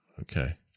Okay